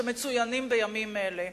שמצוינים בימים אלה.